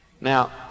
Now